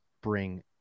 bring